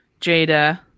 Jada